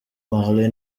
marley